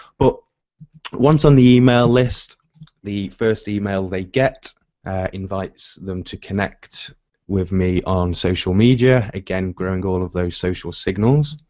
but once on the email list the first email they get invites them to connect with me on social media. again growing all of those social signals.